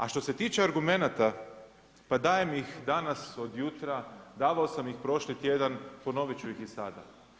A što se tiče argumenata, pa dajem ih danas od jutra, davao sam ih prošli tjedan, ponovit ću ih i sada.